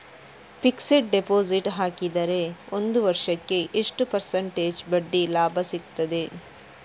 Fixed deposit ಹಾಕಿದರೆ ಒಂದು ವರ್ಷಕ್ಕೆ ಎಷ್ಟು ಪರ್ಸೆಂಟೇಜ್ ಬಡ್ಡಿ ಲಾಭ ಸಿಕ್ತದೆ?